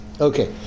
Okay